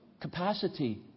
capacity